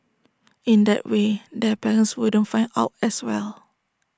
in that way their parents wouldn't find out as well